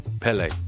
Pele